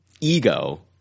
Ego